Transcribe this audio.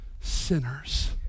sinners